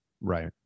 right